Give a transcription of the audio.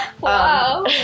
Wow